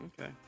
Okay